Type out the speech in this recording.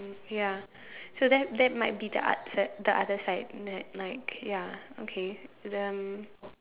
ya so that that might be the upset the other side that like ya okay then